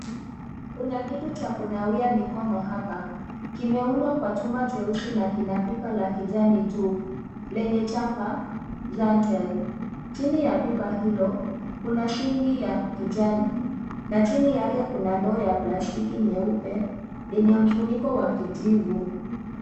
Kuna kitu cha kunawia mikono hapa, kimeundwa kwa chuma cheusi na pipa la kijani juu, lenye chapa Zantelle . Chini ya pipa hilo, kuna sinki ya kijani na chini yake kuna ndoo ya plastiki nyeupe yenye mfuniko cha kijivu.